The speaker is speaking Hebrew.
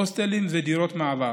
הוסטלים ודירות מעבר,